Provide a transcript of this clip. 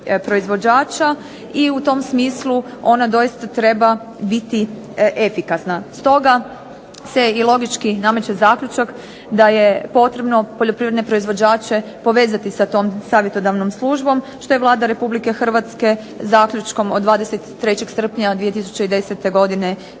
i tom smislu ona doista treba biti efikasna. Stoga se i logički nameće zaključak da je potrebno poljoprivredne proizvođače povezati sa tom savjetodavnom službom što je Vlada Republike Hrvatske zaključkom od 23. srpnja 2010. godine i